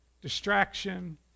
distraction